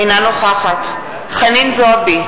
אינה נוכחת חנין זועבי,